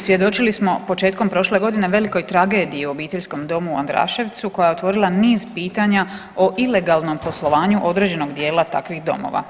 Svjedočili smo početkom prošle godine velikoj tragediji u obiteljskom domu u Andraševcu koja je otvorila niz pitanja o ilegalnom poslovanju određenog dijela takvih domova.